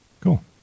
Cool